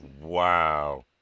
Wow